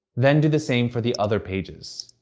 then do the same for the other pages.